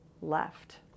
left